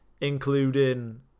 including